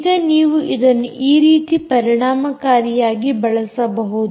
ಈಗ ನೀವು ಇದನ್ನು ಈ ರೀತಿಯಲ್ಲಿ ಪರಿಣಾಮಕಾರಿಯಾಗಿ ಬಳಸಬಹುದು